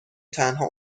تنها